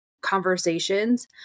conversations